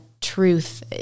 truth